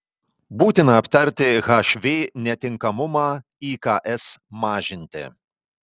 būtina aptarti hv netinkamumą iks mažinti